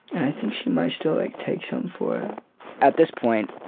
i think she might still like take some for at this point.